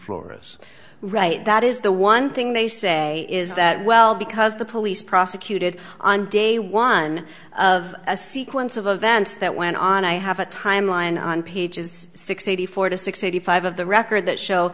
florus right that is the one thing they say is that well because the police prosecuted on day one of a sequence of events that went on i have a timeline on pages sixty four to sixty five of the record that show